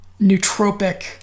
nootropic